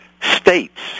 states